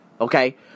Okay